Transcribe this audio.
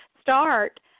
start